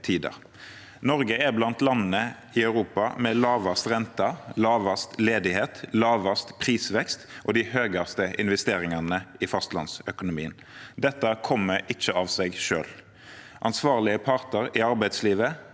Norge er blant landene i Europa med lavest rente, lavest ledighet, lavest prisvekst og de høyeste investeringene i fastlandsøkonomien. Dette kommer ikke av seg selv – det er ansvarlige parter i arbeidslivet,